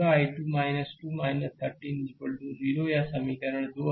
I2 2 I3 0 यह समीकरण 2 है